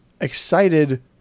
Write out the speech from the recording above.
excited